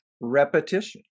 repetition